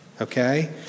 Okay